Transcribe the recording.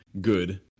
good